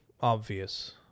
obvious